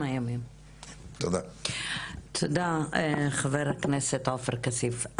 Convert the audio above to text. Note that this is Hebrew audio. תודה חבר הכנסת עופר כסיף.